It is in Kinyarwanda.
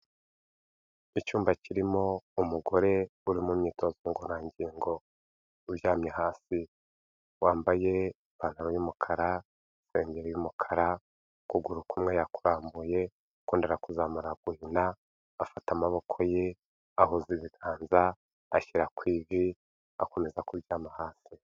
Icyumba kirimo umugore uri mu myitozo ngororangingo uryamye hasi, wambaye ipantaro y'umukara, isengeri y'umukara, ukuguru kumwe yakurambuye ukundi arakuzamura araguhina, afata amaboko ye ahuza ibiganza, ashyira ku ivi akomeza kuryama hasi.